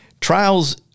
trials